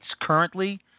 currently